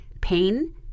pain